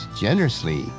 generously